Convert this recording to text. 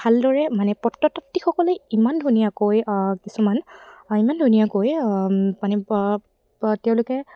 ভালদৰে মানে সকলে ইমান ধুনীয়াকৈ কিছুমান ইমান ধুনীয়াকৈ মানে তেওঁলোকে